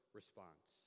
response